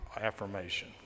affirmation